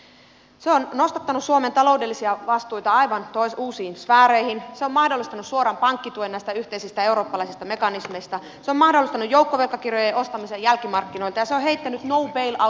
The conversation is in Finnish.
se on nostattanut suomen taloudellisia vastuita aivan uusiin sfääreihin se on mahdollistanut suoran pankkituen näistä yhteisistä eurooppalaisista mekanismeista se on mahdollistanut joukkovelkakirjojen ostamisen jälkimarkkinoilta ja se on heittänyt no bail out periaatteen välimereen